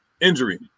injury